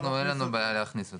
אין לנו בעיה להכניס אותו.